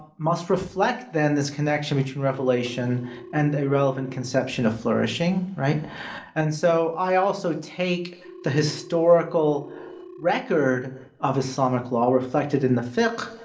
must reflect, then, this connection between revelation and a relevant conception of flourishing. and so, i also take the historical record of islamic law reflected in the